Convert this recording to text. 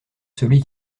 celui